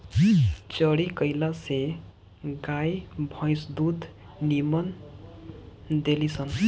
चरी कईला से गाई भंईस दूध निमन देली सन